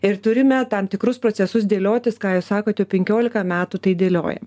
ir turime tam tikrus procesus dėliotis ką jūs sakot jau penkiolika metų tai dėlioja